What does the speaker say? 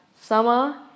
summer